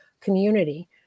community